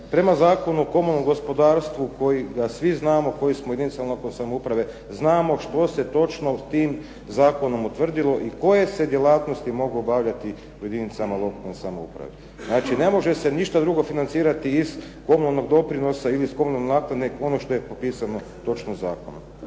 prema Zakonu o komunalnom gospodarstvo kojega svi znamo koji smo u jedinicama lokalne samouprave, znamo što se točno tim zakonom utvrdilo i koje se djelatnosti mogu obavljati u jedinicama lokalne samouprave. Znači ne može se ništa drugo financirati iz komunalnog doprinosa ili iz komunalne naknade, nego ono što je propisano točno zakonom.